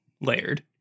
layered